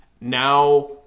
Now